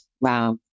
Wow